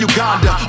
Uganda